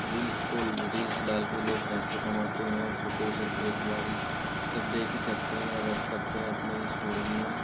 reels को reels डाल के लोग पैसे कमाते हैं फोटो सिर्फ एक बार ही सिर्फ देख ही सकते हैं या रख सकते हैं अपने स्टोरेज में